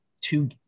two